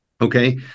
okay